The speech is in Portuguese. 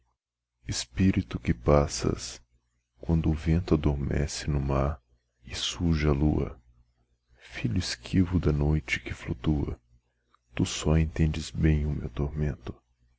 espirito que passas quando o vento adormece no mar e surge a lua filho esquivo da noite que fluctua tu só entendes bem o meu tormento